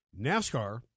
NASCAR